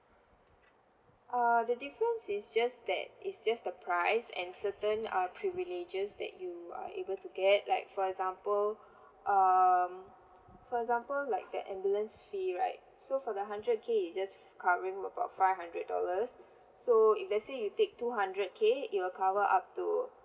err the difference is just that it's just the price and certain uh privileges that you are able to get like for example um for example like the ambulance fee right so for the hundred K is just covering about five hundred dollars so if let's say you take two hundred K it will cover up to